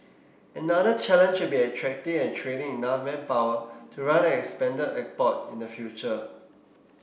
another challenge will be attracting and training enough manpower to run an expanded airport in the future